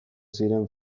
ziren